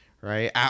Right